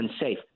unsafe